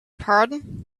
pardon